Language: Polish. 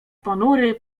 ponury